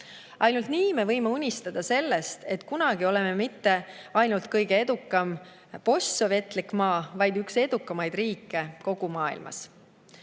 Ainult nii me võime unistada sellest, et kunagi oleme mitte ainult kõige edukam postsovetlik maa, vaid üks edukamaid riike kogu maailmas.